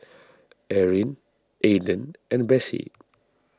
Eryn Ayden and Bessie